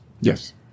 Yes